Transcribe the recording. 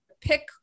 pick